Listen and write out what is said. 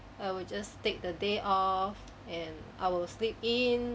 I will just take the day off and I will sleep in